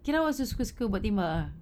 kira awak suka-suka buat tembak ah